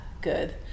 good